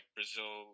Brazil